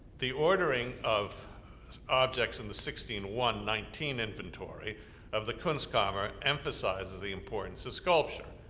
the ordering of objects in the sixteen, one, nineteen inventory of the kunstkammer emphasizes the importance of sculpture.